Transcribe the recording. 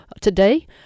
today